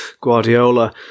Guardiola